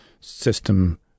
system